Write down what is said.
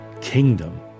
kingdom